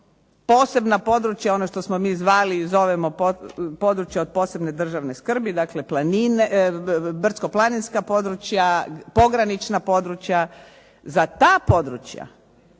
posebna područja ono što smo mi zvali i zovemo posebna područja od posebne državne skrbi, dakle brdsko-planinska područja, pogranična područja. Za ta područja